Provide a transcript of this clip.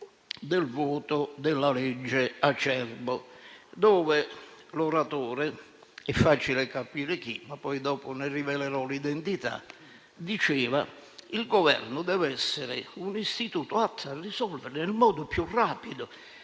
il Governo deve essere un istituto atto a risolvere nel modo più rapido,